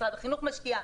משרד החינוך משקיע,